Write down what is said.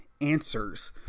answers